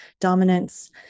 dominance